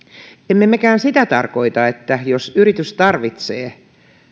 emme mekään sitä tarkoita että jos yritys tarvitsee